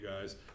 guys